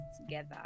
together